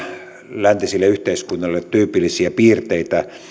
läntisille yhteiskunnille tyypillisiä piirteitä